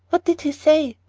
what did he say?